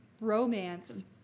romance